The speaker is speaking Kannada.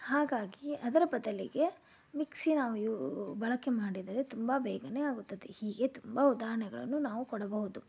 ಹಾಗಾಗಿ ಅದರ ಬದಲಿಗೆ ಮಿಕ್ಸಿ ನಾವು ಯೂ ಬಳಕೆ ಮಾಡಿದರೆ ತುಂಬ ಬೇಗನೆ ಆಗುತ್ತದೆ ಹೀಗೆ ತುಂಬ ಉದಾಹರಣೆಗಳನ್ನು ನಾವು ಕೊಡಬಹುದು